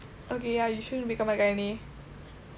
okay ya you shouldn't become a gynae